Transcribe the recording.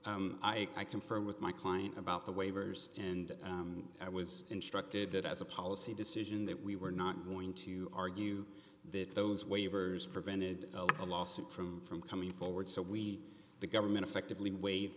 confirmed with my client about the waivers and i was instructed that as a policy decision that we were not going to argue that those waivers prevented a lawsuit from from coming forward so we the government effectively waive